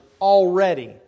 already